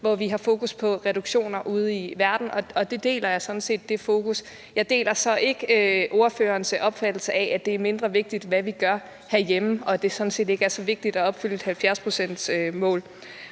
hvor vi har fokus på reduktioner ude i verden – og det fokus deler jeg sådan set. Jeg deler så ikke ordførerens opfattelse af, at det er mindre vigtigt, hvad vi gør herhjemme, og at det sådan set ikke er så vigtigt at opfylde et 70-procentsmål.